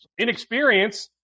inexperience